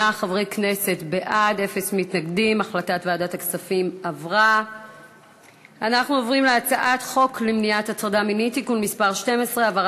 28 הצעת ועדת הכספים בדבר פיצול חלק מהצעת חוק לשינוי סדרי עדיפויות